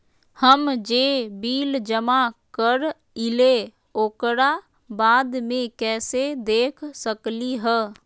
हम जे बिल जमा करईले ओकरा बाद में कैसे देख सकलि ह?